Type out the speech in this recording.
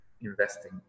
investing